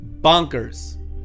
bonkers